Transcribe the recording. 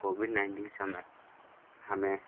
Covid nineteen के समय हमें